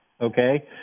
okay